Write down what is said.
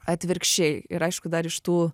atvirkščiai ir aišku dar iš tų